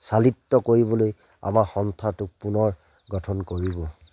চালিত কৰিবলৈ আমাৰ সংস্থাটোক পুনৰ গঠন কৰিব